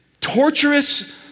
torturous